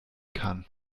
kann